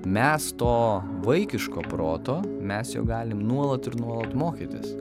mes to vaikiško proto mes jo galim nuolat ir nuolat mokytis